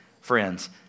friends